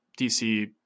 DC